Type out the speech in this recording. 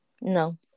no